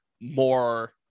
more